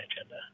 agenda